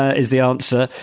ah is the answer.